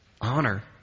honor